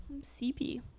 CP